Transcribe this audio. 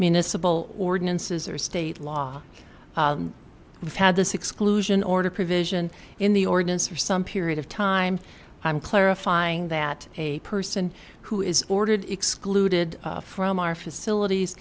municipal ordinances or state law we've had this exclusion order provision in the ordinance for some period of time i'm clarifying that a person who is ordered excluded from our facilities